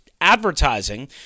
Advertising